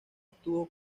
estuvo